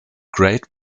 great